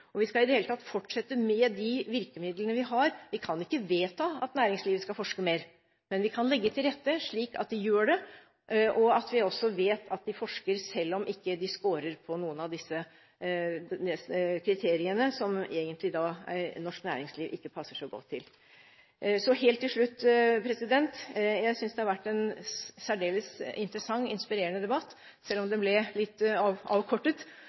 og vi skal i det hele tatt fortsette med de virkemidlene vi har. Vi kan ikke vedta at næringslivet skal forske mer, men vi kan legge til rette, slik at de gjør det. Vi vet også at de forsker, selv om de ikke skårer på noen av disse kriteriene, som egentlig norsk næringsliv ikke passer så godt til. Så helt til slutt: Jeg synes det har vært en særdeles interessant og inspirerende debatt, selv om den ble litt avkortet.